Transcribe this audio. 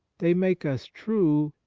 they make us true,